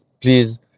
please